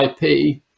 IP